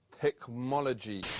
Technology